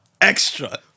extra